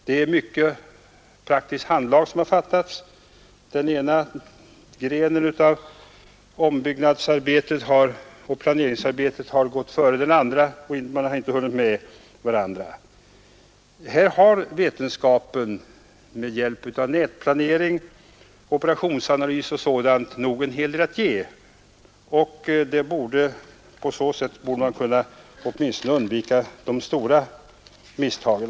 Det är mycket praktiskt handlag som har saknats. Den ena grenen av ombyggnadsarbetet och planeringsarbetet har gått före den andra, och man har inte hunnit ifatt varandra. Här har vetenskapen med hjälp av nätplanering, operationsanalys o. d. nog en hel del att ge. Därigenom borde man åtminstone kunna undvika de stora misstagen.